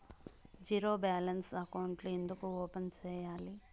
zero balance అకౌంట్లు ఎందుకు open సేయాలి